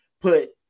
put